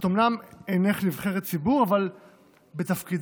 אומנם אינך נבחרת ציבור, אבל בתפקידך